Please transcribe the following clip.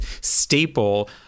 staple